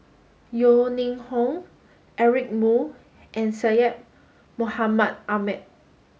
Yeo Ning Hong Eric Moo and Syed Mohamed Ahmed